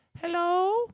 Hello